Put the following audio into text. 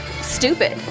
stupid